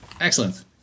Excellent